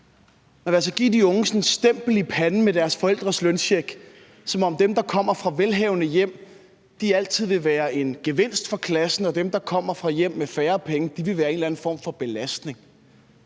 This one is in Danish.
Man vil altså give de unge et stempel i panden med deres forældres løncheck, som om dem, der kommer fra velhavende hjem, altid vil være en gevinst for klassen, mens dem, der kommer fra hjem med færre penge, vil være en eller anden form for belastning.